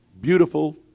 beautiful